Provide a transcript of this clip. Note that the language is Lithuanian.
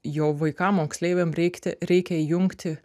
jo vaikam moksleiviam reikti reikia įjungti